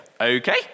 okay